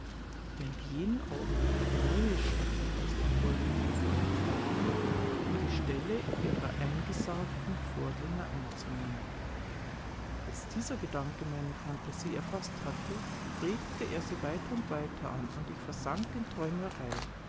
während jeden augenblick neue schatten aus den bäumen hervortraten um die stelle ihrer eingesargten vorgänger einzunehmen als dieser gedanke meine phantasie erfaßt hatte regte er sie weiter und weiter an und ich versank in träumerei